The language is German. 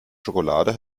schokolade